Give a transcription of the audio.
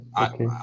Okay